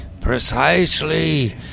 precisely